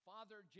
Father